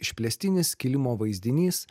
išplėstinis skilimo vaizdinys